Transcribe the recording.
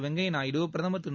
வெங்கைய நாயுடு பிரதமர் திரு